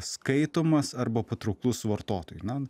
skaitomas arba patrauklus vartotojui na